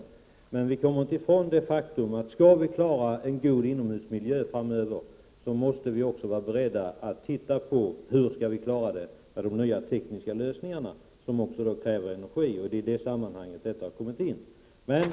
Vi kan dock inte bortse från det faktum att vi, om vi skall klara en god inomhusmiljö framöver, måste vara beredda att se hur vi kan klara det med de nya tekniska lösningarna, som också kräver energi. Det är i det sammanhanget som den här frågan har kommit med.